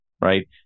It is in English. right